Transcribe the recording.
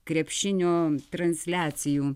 krepšinio transliacijų